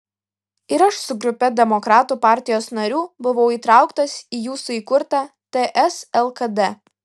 ir aš su grupe demokratų partijos narių buvau įtrauktas į jūsų įkurtą ts lkd